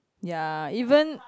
ya even